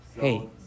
hey